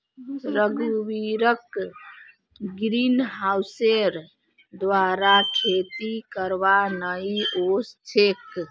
रघुवीरक ग्रीनहाउसेर द्वारा खेती करवा नइ ओस छेक